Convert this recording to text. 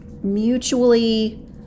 mutually